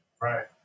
Right